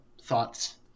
thoughts